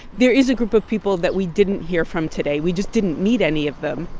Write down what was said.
there is a group of people that we didn't hear from today. we just didn't meet any of them.